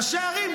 ראשי ערים,